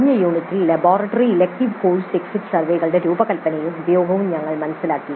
കഴിഞ്ഞ യൂണിറ്റിൽ laboratory elective course exit സർവേകളുടെ രൂപകൽപ്പനയും ഉപയോഗവും ഞങ്ങൾ മനസ്സിലാക്കി